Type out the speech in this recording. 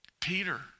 Peter